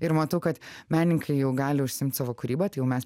ir matau kad menininkai jau gali užsiimt savo kūryba tai jau mes